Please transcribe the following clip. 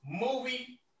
movie